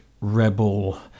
rebel